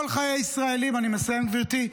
אני מסיים, גברתי.